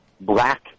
black